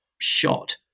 shot